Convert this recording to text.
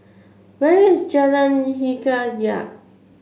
where is Jalan Hikayat